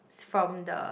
from the